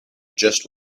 just